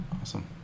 Awesome